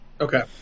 Okay